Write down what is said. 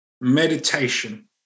Meditation